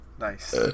Nice